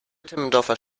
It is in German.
timmendorfer